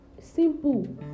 Simple